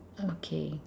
okay